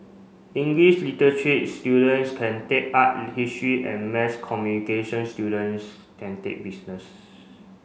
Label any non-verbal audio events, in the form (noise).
English (unintelligible) students can take art in history and mass communication students can take business